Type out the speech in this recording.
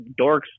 dorks